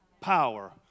power